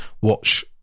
watch